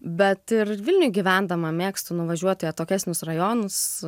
bet ir vilniuj gyvendama mėgstu nuvažiuoti į atokesnius rajonus